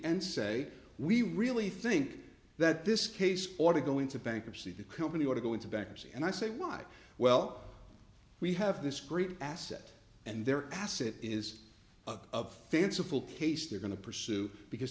and say we really think that this case ought to go into bankruptcy the company want to go into bankruptcy and i say why well we have this great asset and their asset is of fanciful case they're going to pursue because